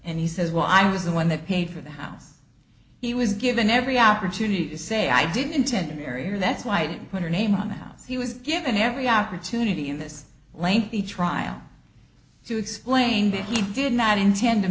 and he says well i was the one that paid for the house he was given every opportunity to say i didn't intend to marry her that's white put her name on the house he was given every opportunity in this lengthy trial to explain that he did not intend to